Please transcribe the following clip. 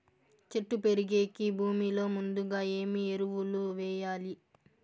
చెట్టు పెరిగేకి భూమిలో ముందుగా ఏమి ఎరువులు వేయాలి?